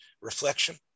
reflection